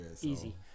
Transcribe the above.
Easy